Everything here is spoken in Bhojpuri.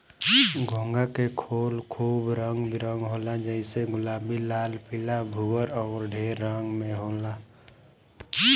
घोंघा के खोल खूब रंग बिरंग होला जइसे गुलाबी, लाल, पीला, भूअर अउर ढेर रंग में होला